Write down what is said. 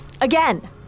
Again